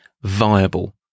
viable